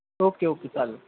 okay okay चाल